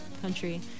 country